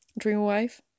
DreamWife